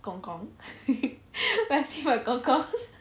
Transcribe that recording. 公公 when I see my 公公